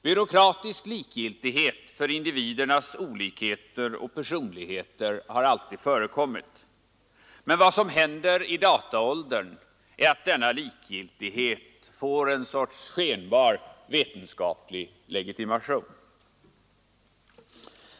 Byråkratisk likgiltighet för individernas olikheter och personligheter har alltid förekommit, men vad som händer i dataåldern är att denna likgiltighet får en sorts skenbar vetenskaplig legitimation.